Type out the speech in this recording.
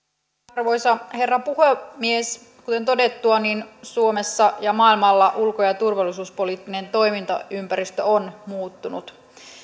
arvoisa herra puhemies kuten todettua suomessa ja maailmalla ulko ja turvallisuuspoliittinen toimintaympäristö on muuttunut